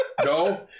No